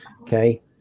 Okay